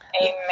Amen